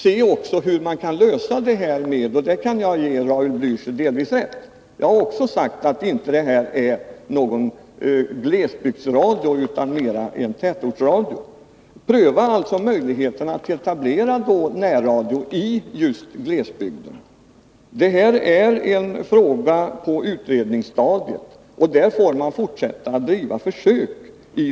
Delvis kan jag ge Raul Blächer rätt. Jag har också sagt att detta inte är någon glesbygdsradio utan mera en tätortsradio. Pröva möjligheterna att etablera närradio i just glesbygderna! Detta är en fråga på utredningsstadiet, och man får fortsätta att driva försök.